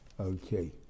Okay